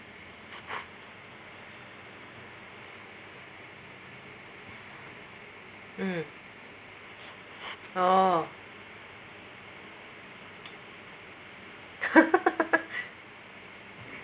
mm oh